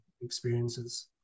experiences